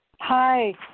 Hi